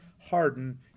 harden